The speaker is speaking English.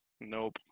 Nope